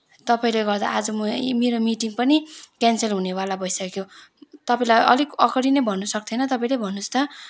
तपाईँले गर्दा आज म मेरो मिटिङ पनि क्यान्सल हुनेवाला भइसक्यो तपाईँले अलिक अघाडि नै भन्न सक्थेन भन्नुहोस् त